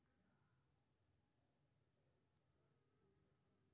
bankers bonus वित्त वर्षक अंत मे वित्तीय उद्योग के श्रमिक कें भुगतान कैल जाइ छै